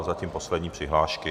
Zatím poslední přihlášky.